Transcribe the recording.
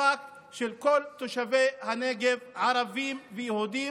מאבק של כל תושבי הנגב, ערבים ויהודים,